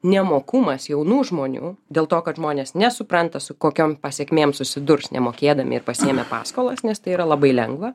nemokumas jaunų žmonių dėl to kad žmonės nesupranta su kokiom pasekmėm susidurs nemokėdami ir pasiėmę paskolas nes tai yra labai lengva